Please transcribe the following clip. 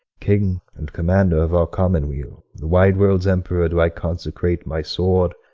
king and commander of our commonweal, the wide world's emperor, do i consecrate my sword,